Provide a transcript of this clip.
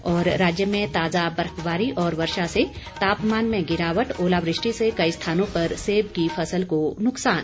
और राज्य में ताज़ा बर्फबारी और वर्षा से तापमान में गिरावट ओलावृष्टि से कई स्थानों पर सेब की फसल को नुकसान